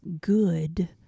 good